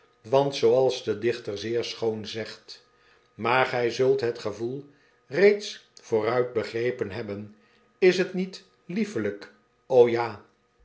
want zooals de dichter zeer schoon zegt maar zult het gevoel reeds vooruit begrepen hebben is het niet liefeljjkp ja